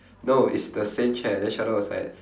no it's the same chair then sheldon was like